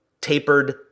tapered